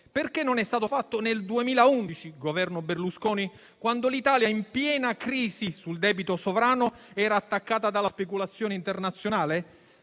Perché non è stato fatto nel 2011 (Governo Berlusconi), quando l'Italia, in piena crisi sul debito sovrano, era attaccata dalla speculazione internazionale?